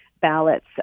ballots